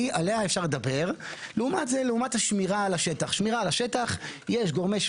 יש עובדות, מה לעשות?